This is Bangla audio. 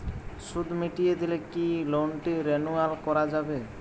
সুদ মিটিয়ে দিলে কি লোনটি রেনুয়াল করাযাবে?